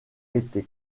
été